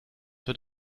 wird